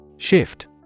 Shift